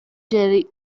jerry